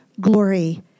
glory